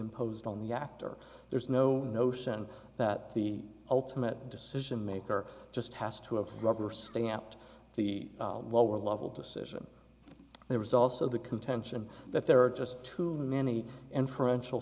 imposed on the actor there is no notion that the ultimate decision maker just has to have rubber stamped the lower level decision there was also the contention that there are just too many inferen